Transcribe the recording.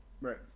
Right